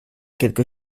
quelque